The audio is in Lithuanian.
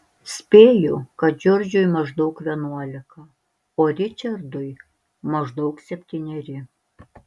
spėju kad džordžui maždaug vienuolika o ričardui maždaug septyneri